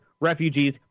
refugees